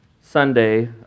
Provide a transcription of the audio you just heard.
Sunday